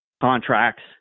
contracts